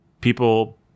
people